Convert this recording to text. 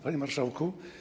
Panie Marszałku!